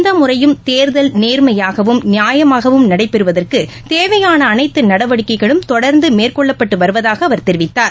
இந்த முறையும் தேர்தல் நேர்மையாகவும் நியாயமாகவும் நடைபெறுவதற்கு தேவையான அனைத்து நடவடிக்கைகளும் தொடர்ந்து மேற்கொள்ளப்பட்டு வருவதாக அவர் தெரிவித்தார்